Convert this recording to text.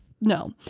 no